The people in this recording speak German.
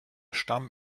stamm